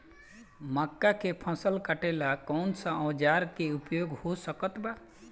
मक्का के फसल कटेला कौन सा औजार के उपयोग हो सकत बा?